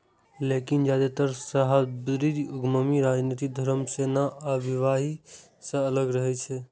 लेकिन जादेतर सहस्राब्दी उद्यमी राजनीति, धर्म, सेना आ विवाह सं अलग रहै छै